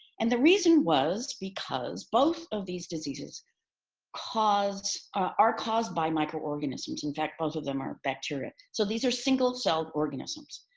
and the reason was because both of these diseases are caused by microorganisms. in fact, both of them are bacteria. so these are single-celled organisms.